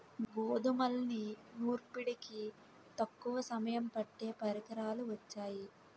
గోధుమల్ని నూర్పిడికి తక్కువ సమయం పట్టే పరికరాలు వొచ్చాయి